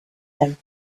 him